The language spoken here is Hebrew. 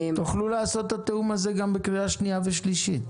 תוכלו לעשות את התיאום הזה גם בקריאה שנייה ושלישית,